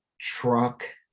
truck